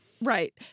Right